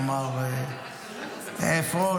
אמר עפרון